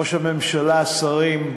ראש הממשלה, שרים,